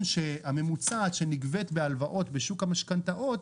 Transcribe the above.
הממוצעת שנגבית בהלוואות בשוק המשכנתאות,